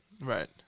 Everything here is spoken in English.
Right